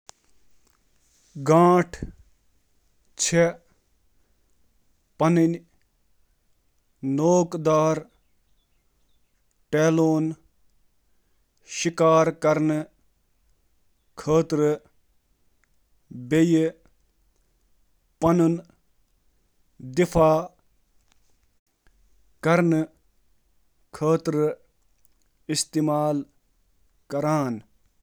عقاب چھِ پنٕنۍ تیز ٹیلون مُختٔلِف مقصدَو خٲطرٕ استعمال کران، یَتھ منٛز شٲمِل چھِ: شکار، تُلُن، شکار تھاوُن تہٕ تحفظ۔